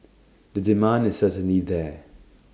the demand is certainly there